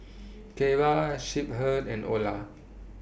Keira Shepherd and Ola